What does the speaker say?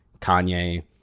Kanye